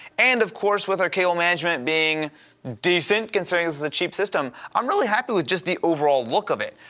and of course, with our cable management, being decent constraints is a cheap system. i'm really happy with just the overall look of it.